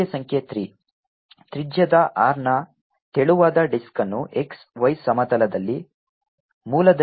ಸಮಸ್ಯೆ ಸಂಖ್ಯೆ 3 ತ್ರಿಜ್ಯದ R ನ ತೆಳುವಾದ ಡಿಸ್ಕ್ ಅನ್ನು x y ಸಮತಲದಲ್ಲಿ ಮೂಲದಲ್ಲಿ ಕೇಂದ್ರದೊಂದಿಗೆ ಇರಿಸಲಾಗುತ್ತದೆ